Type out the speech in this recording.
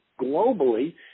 globally